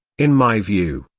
in my view,